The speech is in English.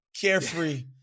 carefree